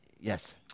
yes